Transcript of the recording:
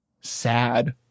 sad